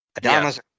Adama's